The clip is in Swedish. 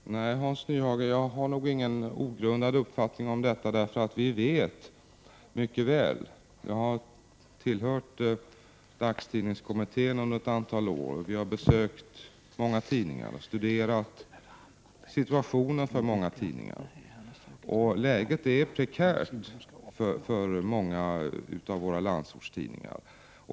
Herr talman! Nej, Hans Nyhage, jag har nog ingen ogrundad uppfattning om detta, eftersom jag vet mycket väl. Jag har tillhört dagstidningskommittén under ett antal år, och vi som tillhört denna kommitté har besökt många tidningar och studerat deras situation. Läget är prekärt för många av våra landsortstidningar.